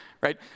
right